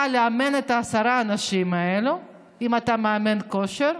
לאמן את עשרת האנשים האלו אם אתה מאמן כושר.